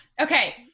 Okay